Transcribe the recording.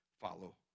follow